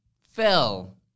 Phil